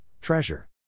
treasure